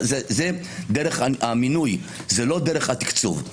זו דרך המינוי, לא דרך התקצוב.